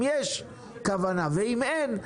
האם יש כוונה כזאת?